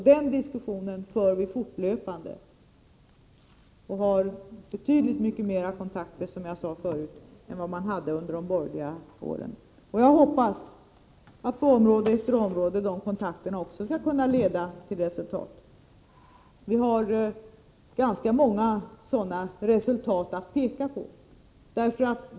Den diskussionen för vi fortlöpande. Vi har betydligt fler kontakter, som jag sade förut, än man hade under de borgerliga åren. Jag hoppas också att de kontakterna på område efter område skall leda till resultat. Vi har ganska många resultat att peka på härvidlag.